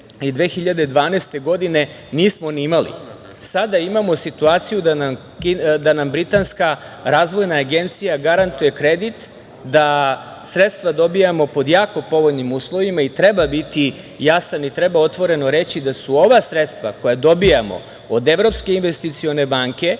i 2012. godine nismo ni imali. Sada imamo situaciju da nam britanska Razvojna agencija garantuje kredit, da sredstva dobijamo pod jako povoljnim uslovima i treba biti jasan i treba otvoreno reći da su ova sredstva koja dobijamo od Evropske investicione banke